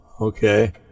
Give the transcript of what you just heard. Okay